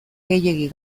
gehiegi